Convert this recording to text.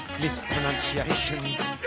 mispronunciations